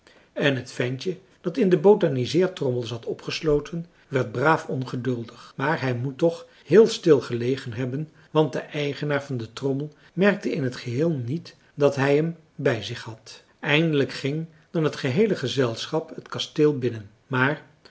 en het ventje dat in de botaniseertrommel zat opgesloten werd braaf ongeduldig maar hij moet toch heel stil gelegen hebben want de eigenaar van de trommel merkte in het geheel niet dat hij hem bij zich had eindelijk ging dan het geheele gezelschap het kasteel binnen maar